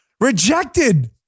Rejected